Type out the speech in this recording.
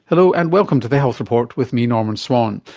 hello, and welcome to the health report with me, norman swan.